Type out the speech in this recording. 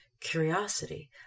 curiosity